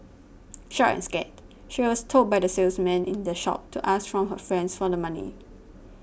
shocked and scared she was told by the salesman in the shop to ask from her friends for the money